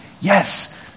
Yes